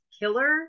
killer